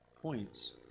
points